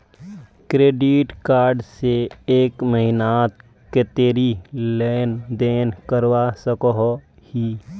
Credit card से एक महीनात कतेरी लेन देन करवा सकोहो ही?